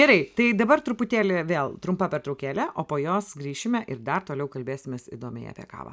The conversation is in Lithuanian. gerai tai dabar truputėlį vėl trumpa pertraukėlė o po jos grįšime ir dar toliau kalbėsimės įdomiai apie kavą